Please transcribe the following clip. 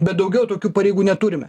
bet daugiau tokių pareigų neturime